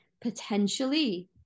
potentially